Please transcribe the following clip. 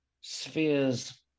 spheres